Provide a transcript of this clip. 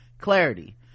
Clarity